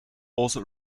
also